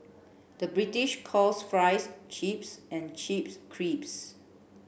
the British calls fries chips and chips